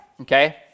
okay